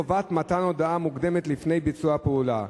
חובת מתן הודעה מוקדמת לפני ביצוע פעולה).